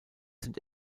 sind